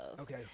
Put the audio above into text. Okay